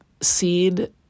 seed